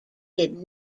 did